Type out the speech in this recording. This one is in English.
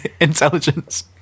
intelligence